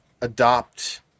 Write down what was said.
adopt